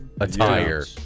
attire